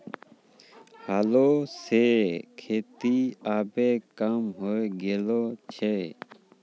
हलो सें खेती आबे कम होय गेलो छै